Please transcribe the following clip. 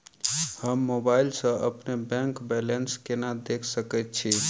हम मोबाइल सा अपने बैंक बैलेंस केना देख सकैत छी?